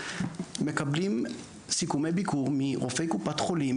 מקבלים סיכומי ביקור מרופאי קופת חולים,